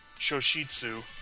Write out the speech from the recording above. Shoshitsu